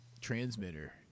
transmitter